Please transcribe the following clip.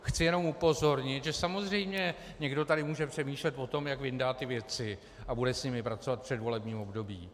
Chci jenom upozornit, že samozřejmě někdo tady může přemýšlet o tom, jak vyndá ty věci a bude s nimi pracovat v předvolebním období.